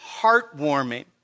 heartwarming